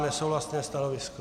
Nesouhlasné stanovisko.